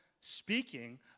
speaking